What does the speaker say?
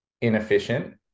inefficient